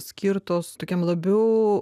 skirtos tokiam labiau